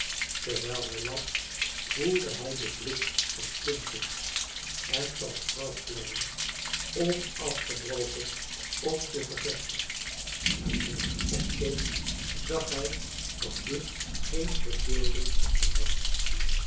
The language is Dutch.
terwijl hij las voelde hij den blik van flintwinch en van mevrouw clennam onafgebroken op zich gevestigd en toen hij opkeek zag hij dat dit geen verbeelding van hem was